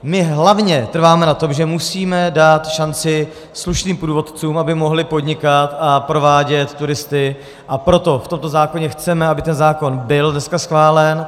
My hlavně trváme na tom, že musíme dát šanci slušným průvodcům, aby mohli podnikat a provádět turisty, a proto v tomto zákoně chceme, aby ten zákon byl dneska schválen.